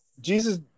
Jesus